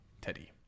Teddy